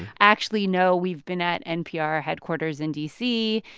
actually, no, we've been at npr headquarters in d c.